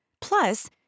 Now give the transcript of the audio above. Plus